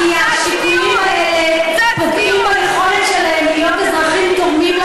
כשתגיעי לקרסוליים שלנו בנושאים חברתיים,